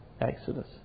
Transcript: Exodus